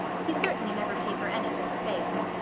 he certainly never paid her any to her face.